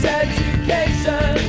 education